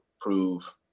prove